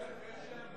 שאין גשם,